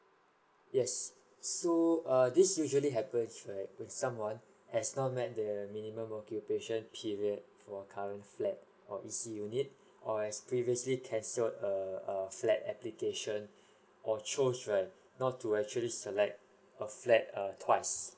yes so err this usually happens right when someone has not met the minimum occupation period for current flat or E_C unit or as previously cancelled a uh flat application or chose right not to actually select a flat uh twice